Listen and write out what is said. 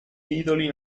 titoli